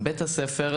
בית הספר,